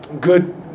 good